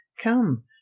come